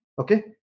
okay